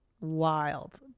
Wild